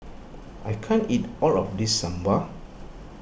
I can't eat all of this Sambar